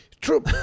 true